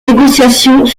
négociations